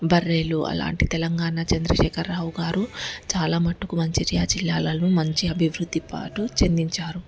బర్రెలు అలాంటి తెలంగాణ చంద్రశేఖర రావు గారు చాలా మటుకు మంచిర్యాల జిల్లాలలో మంచి అభివృద్ధి పాటు చెందించారు